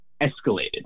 escalated